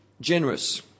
generous